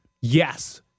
Yes